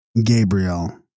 Gabriel